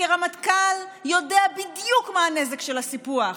שכרמטכ"ל הוא יודע בדיוק מה הנזק של הסיפוח,